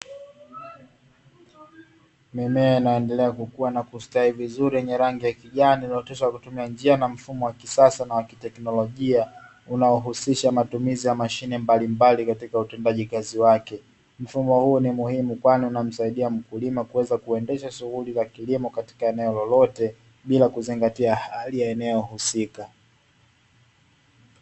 Mimea inaendelea kukua na kustawi vizuri yenye rangi ya kijani iliyooteshwa kwa kutumia njia na mfumo wa kisasa na wakiteknolojia unaohusisha matumizi ya mashine mbalimbali katika utendaji kazi wake. Mfumo huu ni muhimu kwani unamsaidia mkulima kuweza kuendesha shughuli za kilimo katika eneo lolote bila kuzingatia hali ya eneo husika.